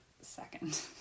second